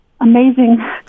amazing